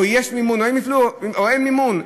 יש מימון או אין מימון?